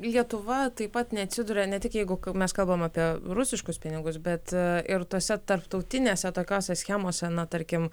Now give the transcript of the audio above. lietuva taip pat neatsiduria ne tik jeigu mes kalbam apie rusiškus pinigus bet ir tose tarptautinėse tokiose schemose na tarkim